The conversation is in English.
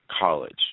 college